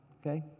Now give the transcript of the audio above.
okay